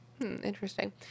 interesting